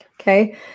okay